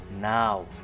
now